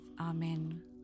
Amen